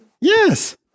Yes